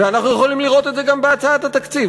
ואנחנו יכולים לראות את זה גם בהצעת התקציב.